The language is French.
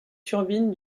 turbines